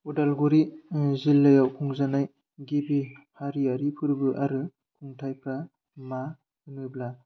उदालगुरि जिल्लायाव खुंजानाय गिबि हारियारि फोरबो आरो खुंथाइफ्रा मा होनोब्ला